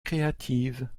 créative